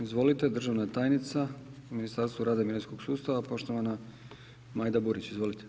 Izvolite, državna tajnica u Ministarstvu rada i mirovinskog sustava, poštovana Majda Burić, izvolite.